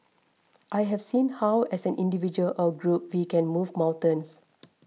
I have seen how as an individual or a group we can move mountains